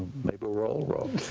maybe we're all wrong.